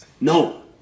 No